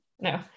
No